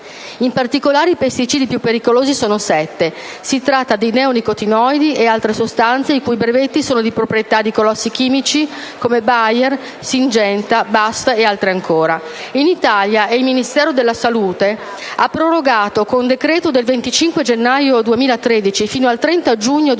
In particolare, i pesticidi più pericolosi sono sette: si tratta di neonicotinoidi e altre sostanze i cui brevetti sono di proprietà di colossi chimici come Bayer, Syngenta, BASF e altre ancora. In Italia, il Ministero della salute ha prorogato, con decreto del 25 gennaio 2013, fino al 30 giugno 2013,